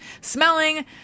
smelling